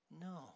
No